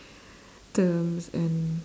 terms and